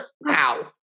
Wow